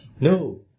No